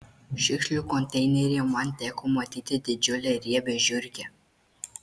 šiukšlių konteineryje man teko matyti didžiulę riebią žiurkę